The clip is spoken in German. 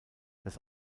das